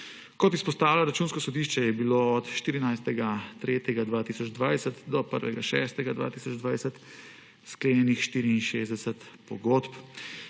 Kot izpostavlja Računsko sodišče, je bilo od 14. 3. 2020 do 1. 6. 2020 sklenjenih 64 pogodb.